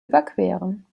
überqueren